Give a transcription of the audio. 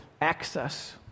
access